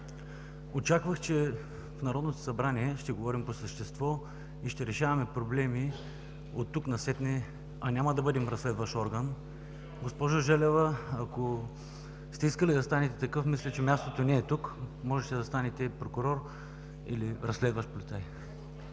Очаквах, че в Народното събрание ще говорим по същество и ще решаваме проблеми от тук нататък, а няма да бъдем разследващ орган. Госпожо Желева, ако сте искала да станете такъв, мисля, че мястото не е тук. Можеше да станете прокурор или разследващ полицай.